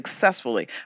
successfully